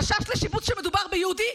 חשש לשיבוש כשמדובר ביהודי,